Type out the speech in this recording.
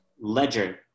ledger